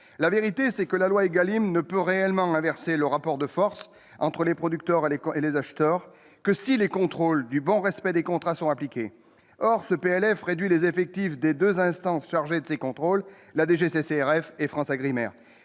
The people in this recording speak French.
La vérité, c'est que la loi ÉGALIM ne peut réellement inverser le rapport de forces entre les producteurs et leurs acheteurs que si les contrôles du bon respect des contrats sont appliqués. Or ce PLF réduit les effectifs des deux instances chargées de ces contrôles : la DGCCRF et FranceAgriMer